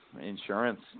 insurance